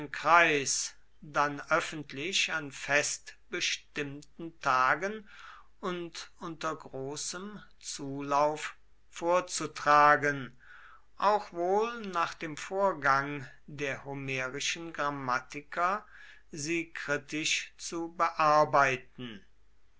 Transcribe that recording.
kreis dann öffentlich an fest bestimmten tagen und unter großem zulauf vorzutragen auch wohl nach dem vorgang der homerischen grammatiker sie kritisch zu bearbeiten